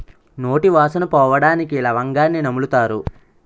నోటి వాసన పోవడానికి లవంగాన్ని నములుతారు